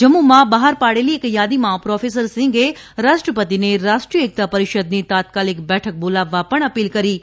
જમ્મુમાં બહાર પાડેલી એક યાદીમાં પ્રોફેસર સિંગે રાષ્ટ્રપતિને રાષ્ટ્રિય એકતા પરિષદની તાત્કાલિક બેઠક બોલાવવા પણ અપીલ કરી છે